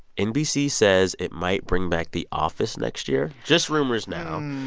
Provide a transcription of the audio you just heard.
nbc says it might bring back the office next year. just rumors now,